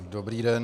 Dobrý den.